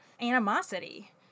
animosity